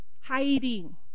Hiding